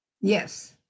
Yes